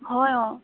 হয় অঁ